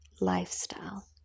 lifestyle